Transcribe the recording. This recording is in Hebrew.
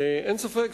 אין ספק,